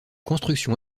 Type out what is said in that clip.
construction